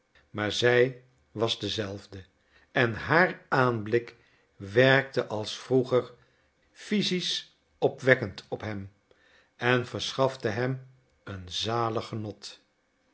maar zij was dezelfde en haar aanblik werkte als vroeger physisch opwekkend op hem en verschafte hem een zalig genot